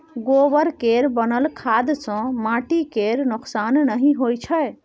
गोबर केर बनल खाद सँ माटि केर नोक्सान नहि होइ छै